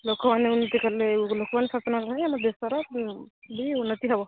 ଲୋକମାନେ ଉନ୍ନତି କଲେ ଲୋକମାନେ ସଚେତନ ହେଲେ ଆମ ଦେଶର ବି ଉନ୍ନତି ହେବ